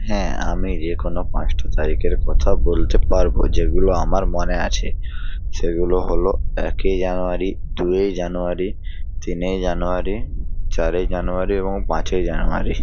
হ্যাঁ আমি যে কোনো পাঁচটা তারিকের কথা বলতে পারবো যেগুলো আমার মনে আছে সেগুলো হলো একেই জানুয়ারি দুয়ে জানুয়ারি তিনে জানুয়ারি চারেই জানুয়ারি এবং পাঁচই জানুয়ারি